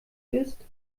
ist